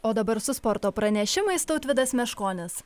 o dabar su sporto pranešimais tautvydas meškonis